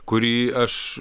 kurį aš